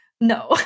no